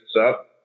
up